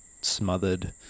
smothered